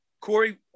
Corey